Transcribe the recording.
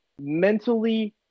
mentally